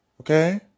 Okay